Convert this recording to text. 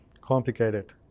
complicated